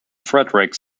frederick